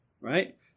right